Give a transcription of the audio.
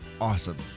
awesome